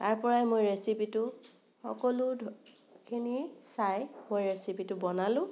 তাৰপৰাই মই ৰেচিপিটো সকলোখিনি ধ চাই মই ৰেচিপিটো বনালোঁ